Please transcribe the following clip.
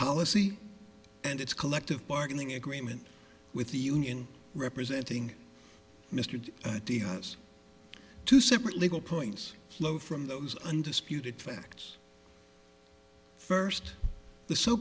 policy and its collective bargaining agreement with the union representing mr diaz two separate legal points flow from those undisputed facts first the so